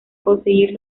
conseguir